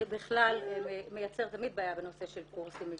שבכלל מייצר תמיד בעיה בנושא של קורסים,